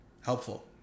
helpful